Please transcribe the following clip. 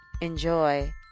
enjoy